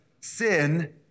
sin